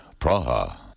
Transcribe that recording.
Praha